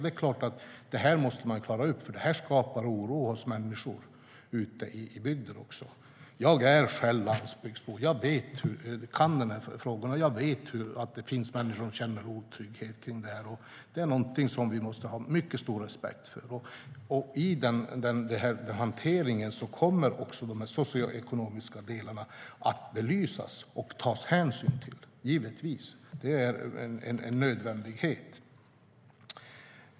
Det är klart att man måste klara upp detta, för det skapar oro hos människor ute i bygden. Jag är själv landsbygdsbo; jag kan de här frågorna. Jag vet att det finns människor som känner otrygghet kring detta, och det är någonting vi måste ha mycket stor respekt för. I hanteringen kommer givetvis också de socioekonomiska delarna att belysas och tas hänsyn till. Det är en nödvändighet.